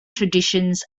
traditions